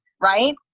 Right